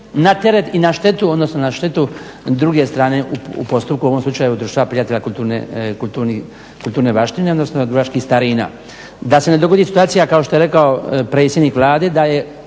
na teret i na štetu odnosno na štetu druge stane u postupku u ovom slučaju Društva prijatelja dubrovačkih starina. Da se ne dogodi situacija kao što je rekao predsjednik Vlade da je